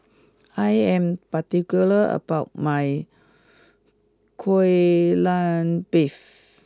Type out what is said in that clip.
I am particular about my Kai Lan beef